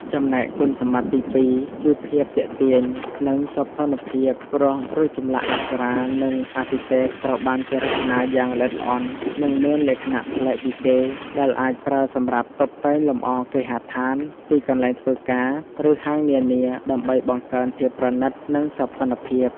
ចំណែកគុណសម្បត្តិទីពីរ គឺ ភាពទាក់ទាញ និងសោភ័ណភាព ព្រោះរូបចម្លាក់អប្សរា និងអាទិទេពត្រូវបានគេរចនាយ៉ាងល្អិតល្អន់ និងមានលក្ខណៈប្លែកពីគេ ដែលអាចប្រើសម្រាប់តុបតែងលម្អគេហដ្ឋាន ទីកន្លែងធ្វើការ ឬហាងនានាដើម្បីបង្កើនភាពប្រណីត និងសោភ័ណភាព។